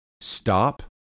stop